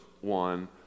one